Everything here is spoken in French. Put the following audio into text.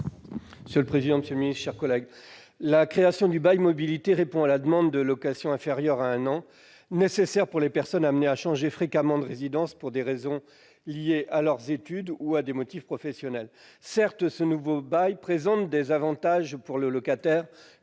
ainsi libellé : La parole est à M. Joël Labbé. La création du bail mobilité répond à la demande de location inférieure à un an, nécessaire pour les personnes amenées à changer fréquemment de résidence pour des raisons liées à leurs études ou à des motifs professionnels. Certes, ce nouveau bail présente des avantages pour le locataire,